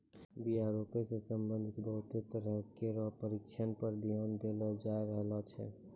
बीया रोपै सें संबंधित बहुते तरह केरो परशिक्षण पर ध्यान देलो जाय रहलो छै